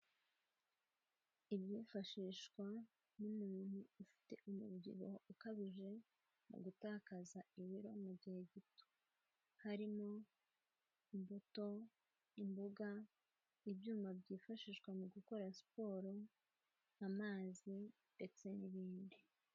Ibyifashishwa n'umuntu ufite umubyibuho ukabije, mu gutakaza ibiro mu gihe gito. Harimo imbuto, imboga, ibyuma byifashishwa mu gukora siporo, amazi, ndetse n'ibindi.